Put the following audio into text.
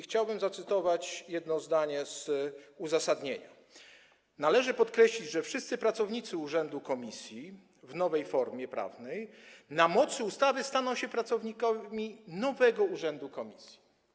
Chciałbym zacytować jedno zdanie z uzasadnienia: Należy podkreślić, że wszyscy pracownicy urzędu komisji, w nowej formie prawnej, na mocy ustawy staną się pracownikami nowego urzędu komisji.